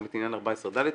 גם את עניין 14/ד הבאנו.